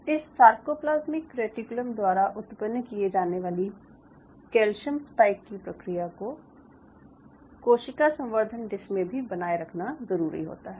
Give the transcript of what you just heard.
इस sarcoplasmic reticulum द्वारा उत्पन्न किये जाने वाली कैल्शियम स्पाइक की प्रक्रिया को कोशिका संवर्धन डिश में भी बनाये रखना ज़रूरी होता है